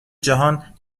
جهان